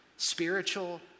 Spiritual